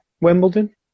Wimbledon